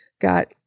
got